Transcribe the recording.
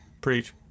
Preach